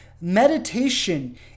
meditation